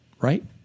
right